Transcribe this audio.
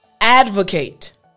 advocate